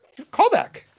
callback